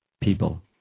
people